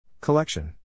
Collection